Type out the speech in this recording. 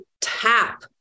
tap